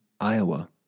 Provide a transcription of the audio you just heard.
Iowa